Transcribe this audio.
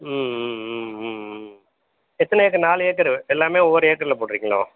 ம் ம் ம் ம் ம் எத்தனை ஏக்கரு நாலு ஏக்கரு எல்லாமே ஒவ்வொரு ஏக்கரில் போட்டிருக்கீங்களோ